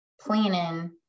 planning